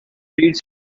read